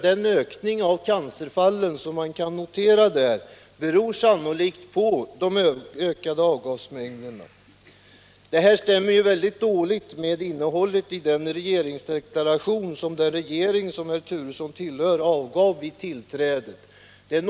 Den ökning av antalet cancerfall som man kan notera där beror sannolikt på de ökade avgasmängderna. Detta stämmer väldigt dåligt med innehållet i den regeringsdeklaration som den regering som herr Turesson tillhör avgav vid tillträdandet.